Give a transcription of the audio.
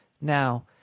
Now